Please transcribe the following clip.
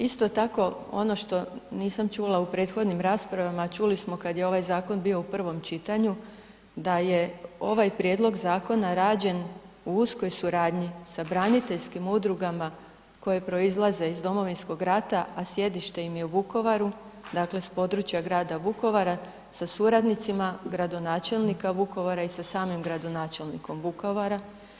Isto tako, ono što nisam čula u prethodnim raspravama, a čuli smo kad je ovaj zakon bio u prvom čitanju, da je ovaj prijedlog zakona rađen u uskoj suradnji sa braniteljskim udrugama koje proizlaze iz Domovinskog rata, a sjedište im je u Vukovaru, dakle s područja grada Vukovara, sa suradnicima gradonačelnika Vukovara i sa samim gradonačelnikom Vukovara.